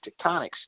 tectonics